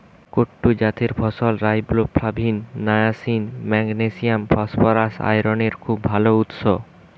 কুট্টু জাতের ফসল riboflavin, niacin, magnesium, phosphorus, আয়রনের খুব ভাল উৎস